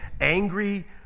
angry